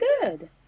good